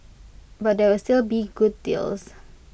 but there will still be good deals